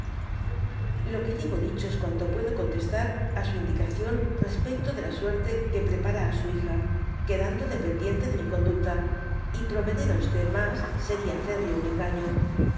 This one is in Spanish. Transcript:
lo que llevo dicho es cuanto puedo contestar á su indicación respecto de la suerte que prepara á su hija quedando dependiente de mi conducta y prometer á mas seria hacerle un engaño